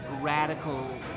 radical